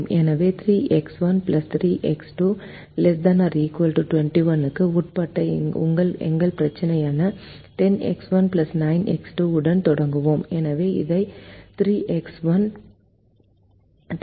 எனவே 3X1 3X2 ≤ 21 க்கு உட்பட்ட எங்கள் பிரச்சினையான 10X1 9X2 உடன் தொடங்குவோம்